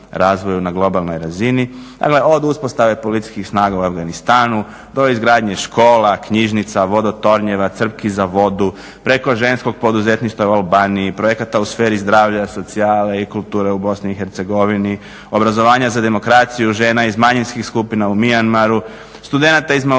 na globalnoj razini, od uspostave policijskih snaga u Afganistanu, do izgradnje škola, knjižnica, vodotornjeva, crpki za vodu, preko ženskog poduzetništva u Albaniji, projekata u sferi zdravlja, socijale i kulture u BiH, obrazovanja za demokraciju žena iz manjinskih skupina u Myanmaru, studenata iz Mauriciusa